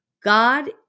god